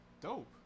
Dope